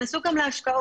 נכנסו גם להשקעות.